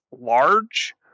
large